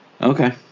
okay